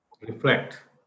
reflect